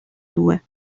due